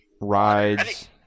rides